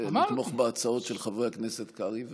לתמוך בהצעות של חברי הכנסת קרעי ומרגי,